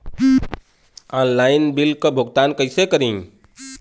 Online bill क भुगतान कईसे करी?